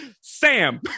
Sam